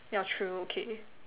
yeah true okay